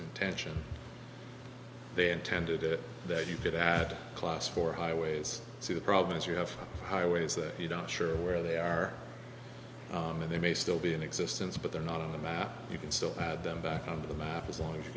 intention they intended it that you could add class for highways see the problem is you have highways that you don't sure where they are they may still be in existence but they're not on the map you can still had them back on the map as long as you